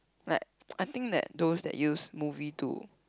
like I think that those that use movie to